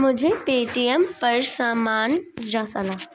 मुझे पे.टी.एम पर सामान और उसके भुगतान की रसीद प्राप्त हो गई है